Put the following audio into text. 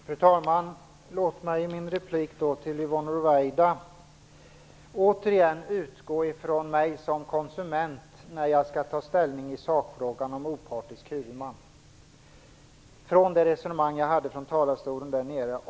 Fru talman! Låt mig i min replik till Yvonne Ruwaida återigen utgå ifrån mig som konsument när jag skall ta ställning till sakfrågan om opartisk huvudman och det resonemang jag förde från talarstolen.